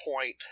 point